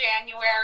January